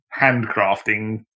handcrafting